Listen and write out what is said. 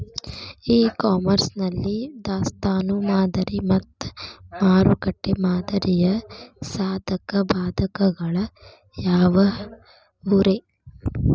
E commerce ನಲ್ಲಿ ದಾಸ್ತಾನು ಮಾದರಿ ಮತ್ತ ಮಾರುಕಟ್ಟೆ ಮಾದರಿಯ ಸಾಧಕ ಬಾಧಕಗಳ ಯಾವವುರೇ?